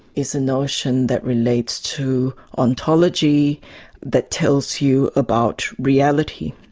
is a notion that relates to ontology that tells you about reality.